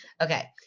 Okay